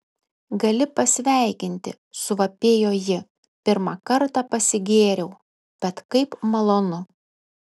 gali pasveikinti suvapėjo ji pirmą kartą pasigėriau bet kaip malonu